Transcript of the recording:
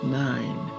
nine